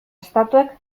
estatuek